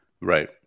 Right